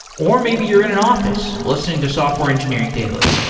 or maybe you're in in office listening to software engineering daily.